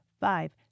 five